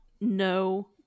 No